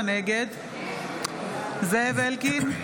נגד זאב אלקין,